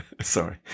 Sorry